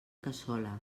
cassola